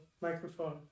microphone